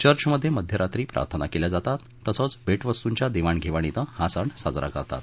चर्चमध्ये मध्यरात्री प्रार्थना केल्या जातात तसंच भेटवस्तूंच्या देवाण घेवाणीने हा सण साजरा करतात